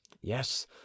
yes